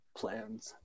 plans